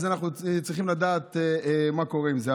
אז אנחנו צריכים לדעת מה קורה עם זה.